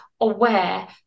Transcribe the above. aware